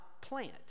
plant